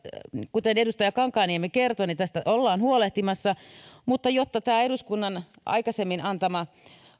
kuten edustaja kankaanniemi kertoi tästä ollaan huolehtimassa jotta tämä eduskunnan aikaisemmin antama